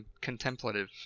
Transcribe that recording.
contemplative